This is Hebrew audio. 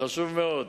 חשוב מאוד